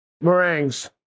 meringues